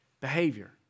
Behavior